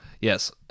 yes